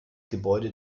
gebäude